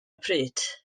pryd